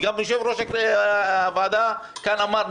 וגם יושב-ראש הוועדה כאן אמר,